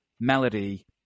melody